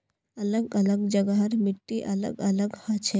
अलग अलग जगहर मिट्टी अलग अलग हछेक